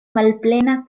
malplena